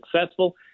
successful